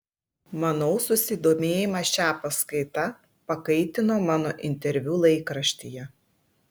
manau susidomėjimą šia paskaita pakaitino mano interviu laikraštyje